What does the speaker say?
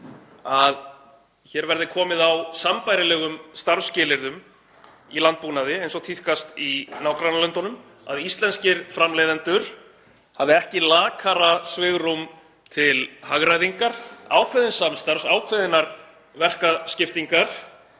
að hér verði komið á sambærilegum starfsskilyrðum í landbúnaði eins og tíðkast í nágrannalöndunum, að íslenskir framleiðendur hafi ekki lakara svigrúm til hagræðingar, ákveðins samstarfs, ákveðinnar verkaskiptingar